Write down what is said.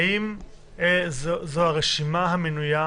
האם זו הרשימה המנויה